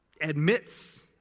admits